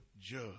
judge